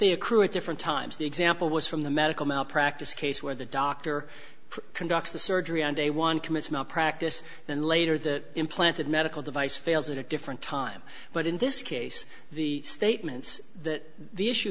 the accrue at different times the example was from the medical malpractise case where the doctor conducts the surgery on day one commits malpractise then later that implanted medical device fails at a different time but in this case the statements that the issue